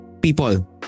People